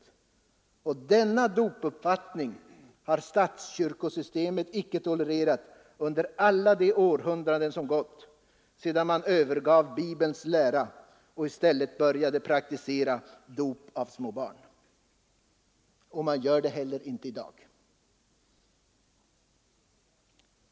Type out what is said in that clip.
Denna dopuppfattning har statskyrkosystemet icke tolererat under alla de århundraden som gått sedan man övergav Bibelns lära och i stället började praktisera dop av små barn. Och man gör det inte heller i dag.